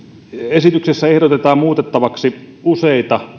esityksessä ehdotetaan muutettavaksi useita